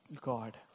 God